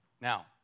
Now